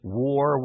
war